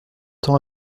tant